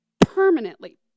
permanently